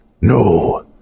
No